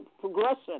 progression